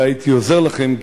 אולי הייתי עוזר לכם,